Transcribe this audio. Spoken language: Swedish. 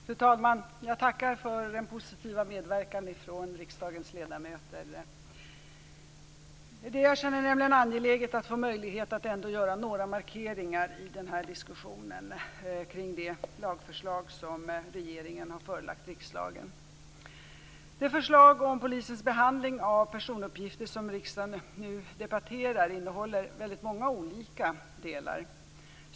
Fru talman! Jag tackar för den positiva medverkan från riksdagens ledamöter. Jag känner det angeläget att få möjlighet att ändå göra några markeringar i den här diskussionen kring det lagförslag som regeringen har förelagt riksdagen. Det förslag om polisens behandling av personuppgifter som riksdagen nu debatterar innehåller väldigt många olika delar.